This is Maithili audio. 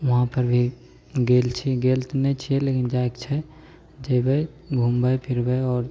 वहाँ परभी गेल छी गेल तऽ नहि छियै लेकिन जाएक छै जेबै घुमबै फिरबै आओर